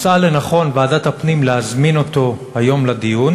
מצאה לנכון ועדת הפנים להזמין אותו היום לדיון,